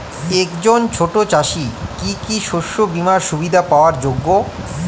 একজন ছোট চাষি কি কি শস্য বিমার সুবিধা পাওয়ার যোগ্য?